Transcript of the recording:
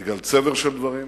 בגלל צבר של דברים,